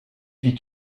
vit